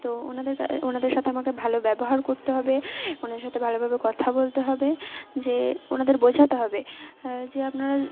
তো ওনাদের ওনাদের সাথে আমাকে ভালো ব্যবহার করতে হবে ওনারদের সাথে ভালোভাবে কথা বলতে হবে যে ওনাদের বোঝাতে হবে যে আপনারা